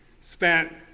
Spent